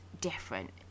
different